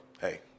hey